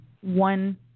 one